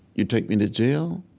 you take me to jail,